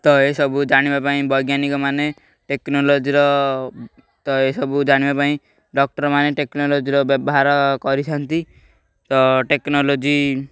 ତ ଏସବୁ ଜାଣିବା ପାଇଁ ବୈଜ୍ଞାନିକମାନେ ଟେକ୍ନୋଲୋଜିର ତ ଏସବୁ ଜାଣିବା ପାଇଁ ଡ଼କ୍ଟର୍ମାନେ ଟେକ୍ନୋଲୋଜିର ବ୍ୟବହାର କରିଛନ୍ତି ତ ଟେକ୍ନୋଲୋଜି